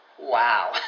Wow